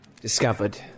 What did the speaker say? discovered